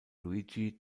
luigi